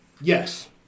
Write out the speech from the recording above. Yes